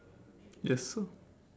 yes sir